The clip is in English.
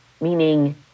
meaning